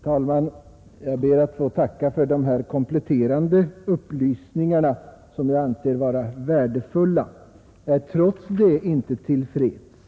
Herr talman! Jag ber att få tacka för dessa kompletterande upplysningar, som jag anser vara värdefulla. Jag är trots det inte till freds.